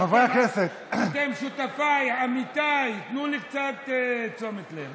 אתם שותפיי, עמיתיי, תנו לי קצת תשומת לב.